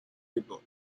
labor